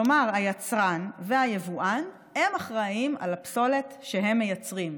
כלומר היצרן והיבואן הם האחראים לפסולת שהם מייצרים,